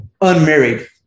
unmarried